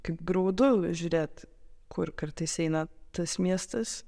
kaip graudu žiūrėt kur kartais eina tas miestas